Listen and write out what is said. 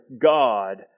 God